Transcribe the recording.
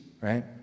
Right